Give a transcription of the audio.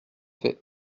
fait